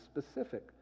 specific